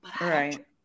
Right